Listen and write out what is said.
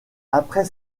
après